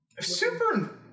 Super